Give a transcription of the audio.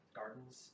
gardens